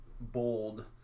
bold